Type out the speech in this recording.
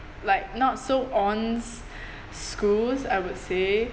like not so on s~ schools I would say